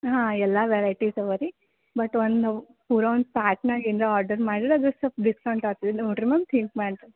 ಹಾಂ ಎಲ್ಲ ವೆರೈಟಿಸ್ ಅವೆ ರೀ ಬಟ್ ಒಂದು ಪೂರ ಒಂದು ಪ್ಯಾಕ್ನಾಗ ಏನರ ಆಡರ್ ಮಾಡಿದರೆ ಅದ್ರಲ್ಲಿ ಸ್ವಲ್ಪ ಡಿಸ್ಕೌಂಟ್ ಆತು ನೋಡಿರಿ ಮತ್ತೆ ತಿಂಕ್ ಮಾಡಿರಿ